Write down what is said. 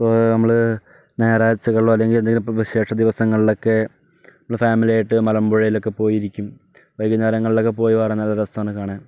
ഇപ്പോൾ നമ്മള് ഞായറാഴ്ചകളിലോ അല്ലങ്കിൽ ഇപ്പോൾ വിശേഷ ദിവസങ്ങളിലൊക്കെ ഫാമിലിയായിട്ട് മലമ്പുഴേലൊക്കെ പോയിരിക്കും വൈകുന്നേരങ്ങളിലക്കെ പോയി കറങ്ങുന്നത് രസാണ് കാണാൻ